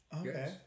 Okay